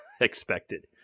expected